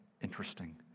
interesting